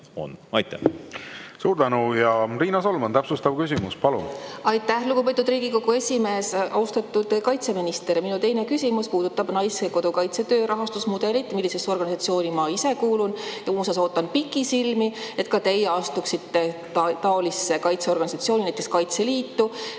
Suur tänu! Riina Solman, täpsustav küsimus, palun! Aitäh, lugupeetud Riigikogu esimees! Austatud kaitseminister! Minu teine küsimus puudutab Naiskodukaitse töö rahastusmudelit, sellesse organisatsiooni kuulun ka ma ise. Muuseas ootan pikisilmi, et ka teie astuksite taolisse kaitseorganisatsiooni, näiteks Kaitseliitu.